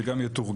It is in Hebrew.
זה גם יתורגל.